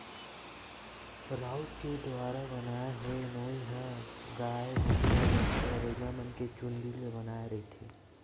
राउत के दुवारा बनाय होए नोई ह गाय, भइसा, बछवा, बइलामन के चूंदी ले बनाए रहिथे